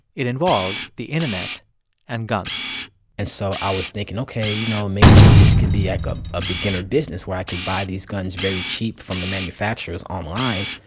it involved the internet and guns and so i was thinking, ok, you know, maybe this could be, like, a ah beginner business where i could buy these guns very cheap from the manufacturers online,